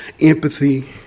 empathy